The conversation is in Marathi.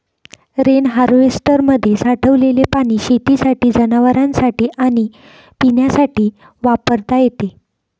रेन हार्वेस्टरमध्ये साठलेले पाणी शेतीसाठी, जनावरांनासाठी आणि पिण्यासाठी वापरता येते